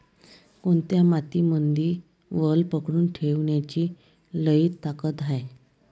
कोनत्या मातीमंदी वल पकडून ठेवण्याची लई ताकद हाये?